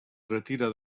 retira